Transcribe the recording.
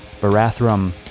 Barathrum